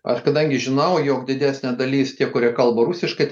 aš kadangi žinau jog didesnė dalis tie kurie kalba rusiškai